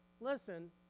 listen